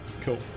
cool